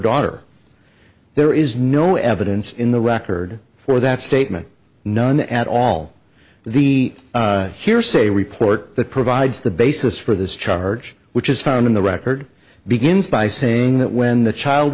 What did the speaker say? daughter there is no evidence in the record for that statement none at all the hearsay report that provides the basis for this charge which is found in the record begins by saying that when the child